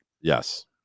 Yes